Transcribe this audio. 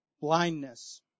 blindness